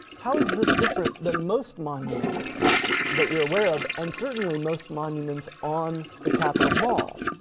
how is this different than most monuments that you're aware of and certainly most monuments on the capitol mall?